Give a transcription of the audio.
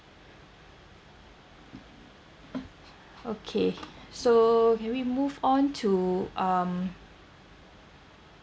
okay so can we move on to um